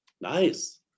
Nice